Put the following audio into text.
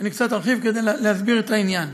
אני קצת ארחיב כדי להסביר את העניין.